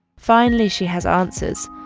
finally, she has answers,